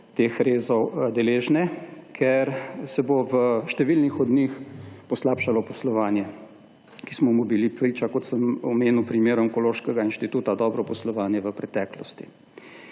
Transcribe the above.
teh rezov deležne, ker se bo v številnih od njih poslabšalo poslovanje, ki smo mu bili priča, kot sem omenil primer Onkološkega inštituta, dobro poslovanje v preteklosti.